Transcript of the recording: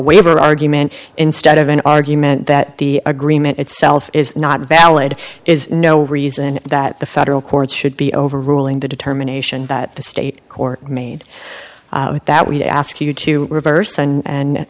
waiver argument instead of an argument that the agreement itself is not valid is no reason that the federal courts should be overruling the determination that the state court made that we ask you to reverse and